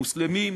מוסלמים,